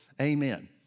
Amen